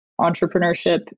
entrepreneurship